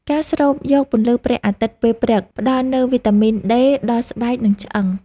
ការស្រូបយកពន្លឺព្រះអាទិត្យពេលព្រឹក ផ្តល់នូវវីតាមីន ដេ ដល់ស្បែក និងឆ្អឹង។